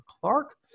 Clark